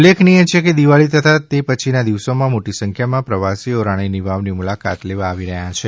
ઉલ્લેખનિય છે કે દિવાળી તથા તે પછીના દિવસોમાં મોટી સંખ્યામાં પ્રવાસીઓ રાણીની વાવની મુલાકાત લેવા આવી રહ્યા છે